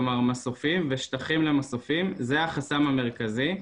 כלומר מסופים ושטחים למסופים זה החסם המרכזי.